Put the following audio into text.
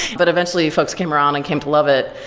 but eventually folks came around and came to love it.